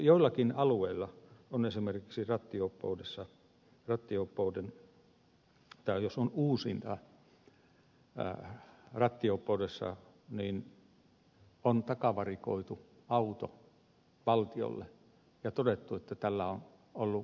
joillakin alueilla on esimerkiksi jos on uusinta rattijuoppoudessa takavarikoitu auto valtiolle ja on todettu että tällä on ollut merkittävä vaikutus